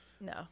No